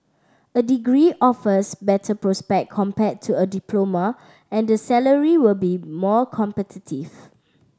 a degree offers better prospect compared to a diploma and the salary will be more competitive